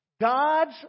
God's